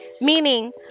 Meaning